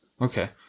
Okay